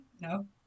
No